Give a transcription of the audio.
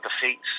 defeats